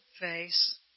face